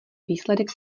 výsledek